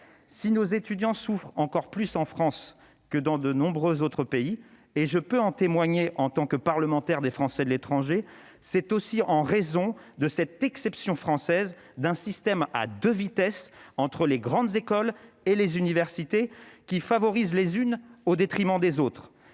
nos étudiants souffrent plus que dans de nombreux autres pays- je peux en témoigner en tant que parlementaire des Français de l'étranger -, c'est aussi en raison de cette exception française d'un système à deux vitesses, grandes écoles et universités, qui favorise les premières au détriment des secondes.